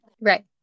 Right